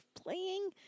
playing